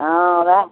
हँ ओएह